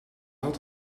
had